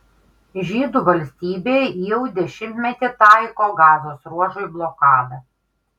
žydų valstybė jau dešimtmetį taiko gazos ruožui blokadą